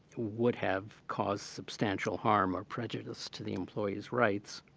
would have caused substantial harm or prejudice to the employee's rights.